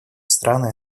страны